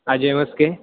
Ajay Maske